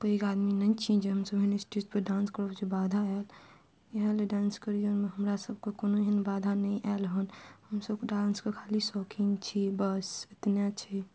कोइ आदमी नहि छी जे हमसब एहन स्टेज पर डांस करबै बाधा आयल इएह लेल डान्स करियरमे हमरा सबके कोनो एहन बाधा नहि आयल हन हमसब डान्सके खाली शौकीन छी बस एतने छी